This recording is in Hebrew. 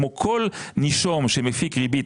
כמו כל נישום שמפיק ריבית,